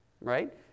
right